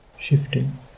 shifting